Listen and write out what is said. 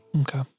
Okay